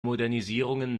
modernisierungen